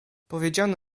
powiedziano